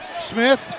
Smith